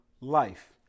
life